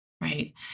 right